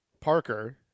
Parker